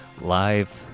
Live